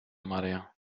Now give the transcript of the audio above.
maria